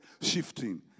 shifting